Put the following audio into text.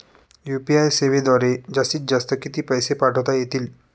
UPI सेवेद्वारे जास्तीत जास्त किती पैसे पाठवता येतील?